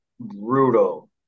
Brutal